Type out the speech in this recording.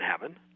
heaven